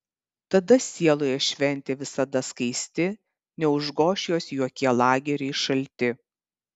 tada sieloje šventė visada skaisti neužgoš jos jokie lageriai šalti